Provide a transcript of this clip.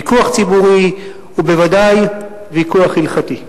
ויכוח ציבורי ובוודאי ויכוח הלכתי.